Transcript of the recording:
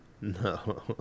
no